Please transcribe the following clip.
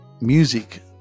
music